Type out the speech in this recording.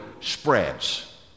spreads